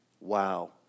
Wow